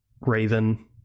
Raven